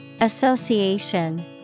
Association